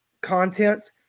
content